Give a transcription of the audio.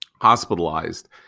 hospitalized